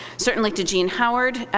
certainly to jean howard,